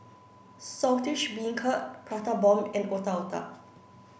Saltish Beancurd Prata Bomb and Otak Otak